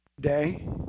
day